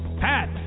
Pat